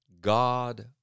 God